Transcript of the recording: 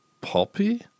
poppy